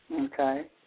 Okay